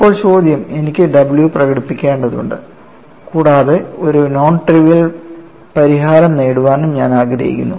ഇപ്പോൾ ചോദ്യം എനിക്ക് w പ്രകടിപ്പിക്കേണ്ടതുണ്ട് കൂടാതെ ഒരു നോൺട്രിവിയൽ പരിഹാരം നേടാനും ഞാൻ ആഗ്രഹിക്കുന്നു